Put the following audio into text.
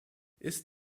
ist